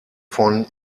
von